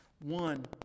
One